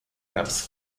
maps